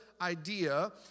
idea